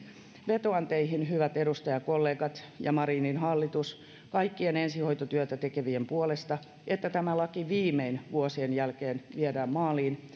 vetoan teihin hyvät edustajakollegat ja marinin hallitus kaikkien ensihoitotyötä tekevien puolesta että tämä laki viimein vuosien jälkeen viedään maaliin